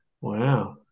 wow